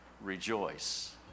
Rejoice